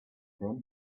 then